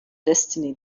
destiny